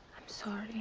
sorry.